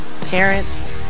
parents